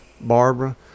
Barbara